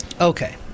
Okay